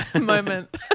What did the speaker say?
moment